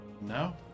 No